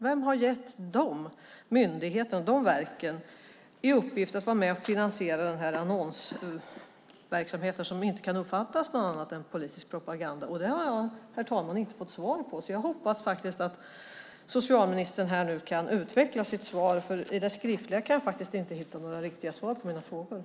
Vem har gett dessa myndigheter, dessa verk, i uppgift att vara med och finansiera denna annonsverksamhet som inte kan uppfattas som något annat än politisk propaganda? Det har jag, herr talman, inte fått svar på. Jag hoppas att socialministern kan utveckla sitt svar här och nu, för jag uppfattar inte att det finns med i det skriftliga svaret.